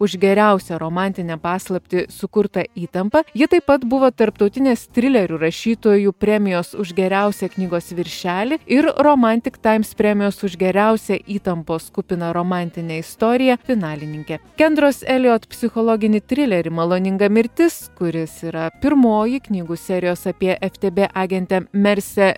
už geriausią romantinę paslaptį sukurta įtampa ji taip pat buvo tarptautinės trilerių rašytojų premijos už geriausią knygos viršelį ir romantik taims premijos už geriausią įtampos kupiną romantinę istoriją finalininkė kendros elijot psichologinį trilerį maloninga mirtis kuris yra pirmoji knygų serijos apie ef te bė agentę mersę